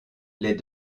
les